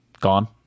Gone